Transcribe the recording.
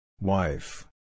Wife